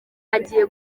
agiye